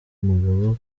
mugabo